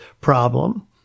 problem